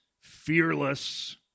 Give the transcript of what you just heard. fearless